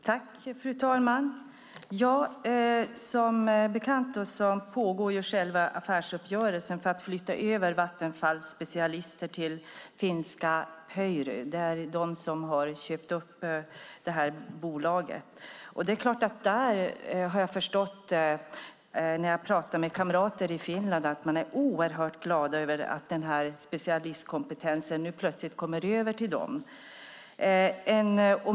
Fru talman! Som bekant pågår affärsuppgörelsen med att flytta över Vattenfalls specialister till finska Pöyry som har köpt upp bolaget. Jag har förstått av kamrater i Finland att man är oerhört glad över att denna specialistkompetens kommer över till dem.